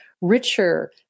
richer